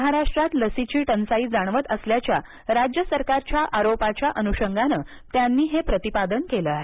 महाराष्ट्रात लसीची टंचाई जाणवत असल्याच्या राज्य सरकारच्या आरोपाच्या अनुषगान त्यांनी हे प्रतिपादन केलं आहे